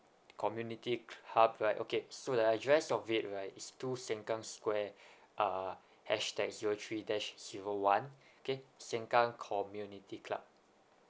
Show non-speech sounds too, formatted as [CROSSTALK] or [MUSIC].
community cl~ hub right okay so the address of it right is two sengkang square [BREATH] ah hashtag zero three dash zero one okay sengkang community club